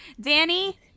Danny